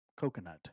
Coconut